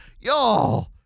Y'all